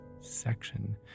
section